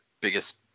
biggest